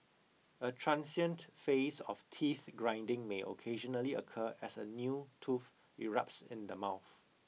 a transient phase of teeth grinding may occasionally occur as a new tooth erupts in the mouth